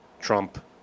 Trump